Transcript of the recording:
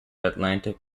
atlantic